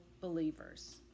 believers